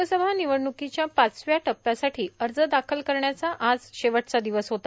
लोकसभा निवडण्कीच्या पाचव्या टप्प्यासाठी अर्ज दाखल करण्याचा आज शेवटचा दिवस होता